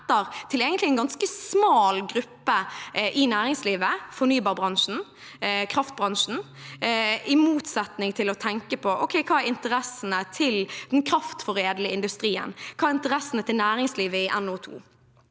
en ganske smal gruppe i næringslivet, fornybarbransjen, kraftbransjen – i motsetning til å tenke på interessene til den kraftforedlende industrien og hva som er interessen til næringslivet i NO2.